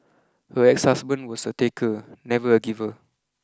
her ex husband was a taker never a giver